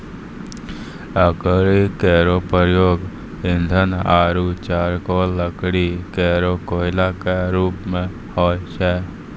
लकड़ी केरो प्रयोग ईंधन आरु चारकोल लकड़ी केरो कोयला क रुप मे होय छै